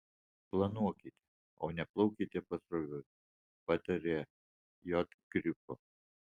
planuokite o ne plaukite pasroviui pataria j grifo